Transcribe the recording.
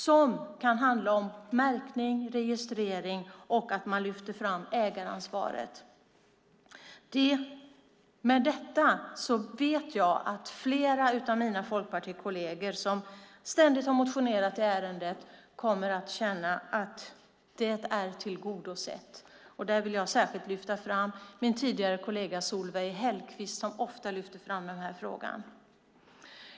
Det kan handla om märkning, registrering och att man lyfter fram ägaransvaret. Med detta vet jag att flera av mina folkpartikolleger som ständigt har motionerat i ärendet kommer att känna att det är tillgodosett. Jag vill där särskilt nämna min tidigare kollega Solveig Hellquist som ofta tog upp den här frågan.